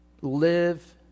live